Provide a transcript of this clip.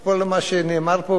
אפרופו מה שנאמר פה,